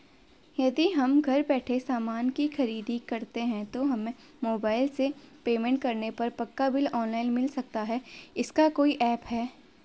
यदि हम घर बैठे सामान की खरीद करते हैं तो हमें मोबाइल से पेमेंट करने पर पक्का बिल ऑनलाइन मिल सकता है इसका कोई ऐप है